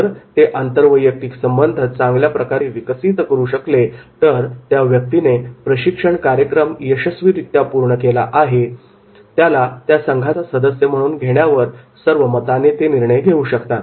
जर ते आंतरवैयक्तिक संबंध चांगल्या प्रकारे विकसित करू शकले तर ज्या व्यक्तीने प्रशिक्षण कार्यक्रम यशस्वीरित्या पूर्ण केला आहे त्याला त्या संघाचा सदस्य म्हणून घेण्यावर सर्वमताने ते निर्णय घेऊ शकतात